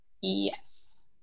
Yes